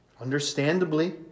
Understandably